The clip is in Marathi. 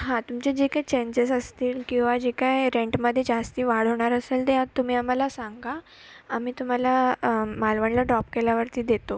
हां तुमचे जे काही चेंजेस असतील किंवा जे काय रेंटमध्ये जास्त वाढवणार असाल ते आता तुम्ही आम्हाला सांगा आम्ही तुम्हाला मालवणला ड्रॉप केल्यावरती देतो